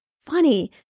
funny